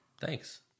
Thanks